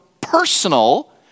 personal